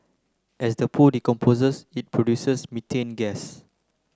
as the poo decomposes it produces methane gas